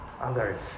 others